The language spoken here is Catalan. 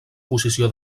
posició